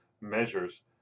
measures